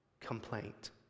complaint